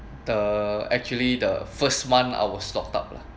the actually the first month I're stopped down lah